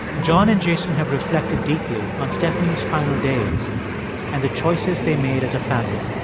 john and jason have reflected deeply on stephanie's final days and the choices they made as a family.